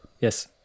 Yes